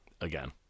Again